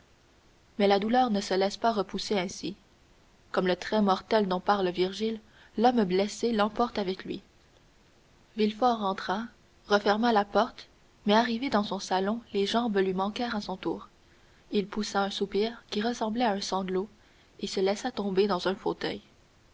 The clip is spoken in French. mais la douleur ne se laisse pas repousser ainsi comme le trait mortel dont parle virgile l'homme blessé l'emporte avec lui villefort rentra referma la porte mais arrivé dans son salon les jambes lui manquèrent à son tour il poussa un soupir qui ressemblait à un sanglot et se laissa tomber dans un fauteuil